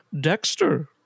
Dexter